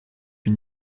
une